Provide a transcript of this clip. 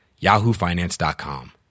yahoofinance.com